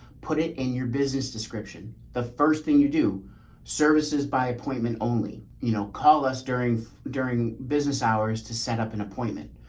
put it in your business description. the first thing you do services by appointment only, you know, call us during during business hours to up an appointment.